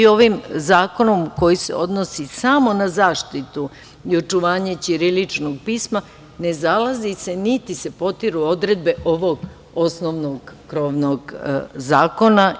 Ovim zakonom koji se odnosi samo na zaštitu i očuvanje ćiriličnog pisma ne zalazi se, niti se potiru odredbe ovog osnovnog krovnog zakona.